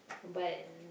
but